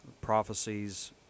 prophecies